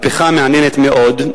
מהפכה מעניינת מאוד.